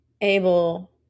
able